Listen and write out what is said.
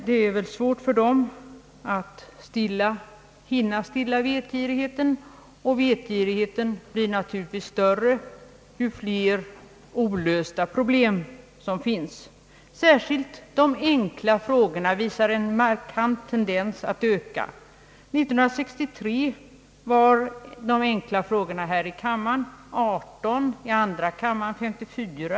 Det är väl svårt för dem att hinna stilla vetgirigheten, och vetgirigheten blir naturligtvis större ju fler problem som uppkommer. Särskilt de enkla frågorna visar en markant tendens att öka. År 1963 uppgick antalet enkla frågor här i kammaren till 18 och i andra kammaren till 54.